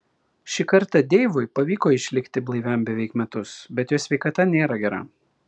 šį kartą deivui pavyko išlikti blaiviam beveik metus bet jo sveikata nėra gera